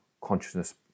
consciousness